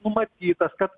numatytas kad